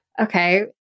okay